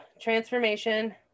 transformation